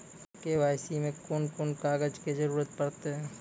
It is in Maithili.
के.वाई.सी मे कून कून कागजक जरूरत परतै?